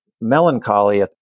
melancholy